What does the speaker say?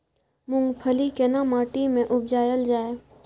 मूंगफली केना माटी में उपजायल जाय?